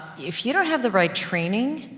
if you don't have the right training,